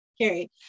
Carrie